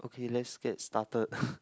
okay let's get started